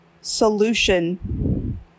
solution